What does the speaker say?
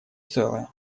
целое